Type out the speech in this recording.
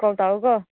call ꯇꯧꯔꯣꯀꯣ